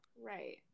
Right